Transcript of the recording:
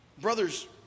brother's